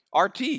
RT